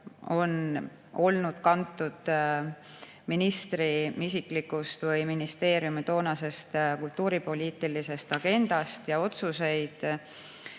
on olnud kantud ministri isiklikust või ministeeriumi toonasest kultuuripoliitilisest agendast, ja otsuseid.